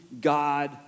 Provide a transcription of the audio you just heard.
God